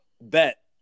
Bet